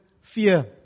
fear